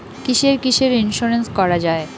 কিসের কিসের ইন্সুরেন্স করা যায়?